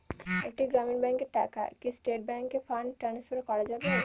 একটি গ্রামীণ ব্যাংকের টাকা কি স্টেট ব্যাংকে ফান্ড ট্রান্সফার করা যাবে?